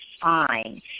fine